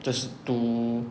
就是读